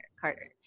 Carter